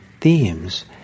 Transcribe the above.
themes